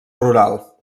rural